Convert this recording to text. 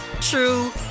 true